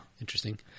Interesting